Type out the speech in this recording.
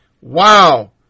Wow